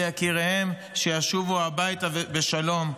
ליקיריהן שישובו הביתה בשלום,